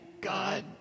God